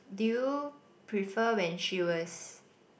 do you prefer when she was